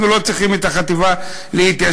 אנחנו לא צריכים את החטיבה להתיישבות,